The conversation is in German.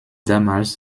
damals